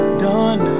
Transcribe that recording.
done